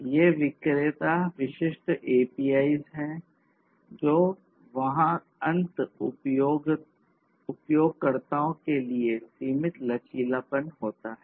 ये विक्रेता विशिष्ट API's हैं तो वहाँ अंत उपयोगकर्ताओं के लिए सीमित लचीलापन होता है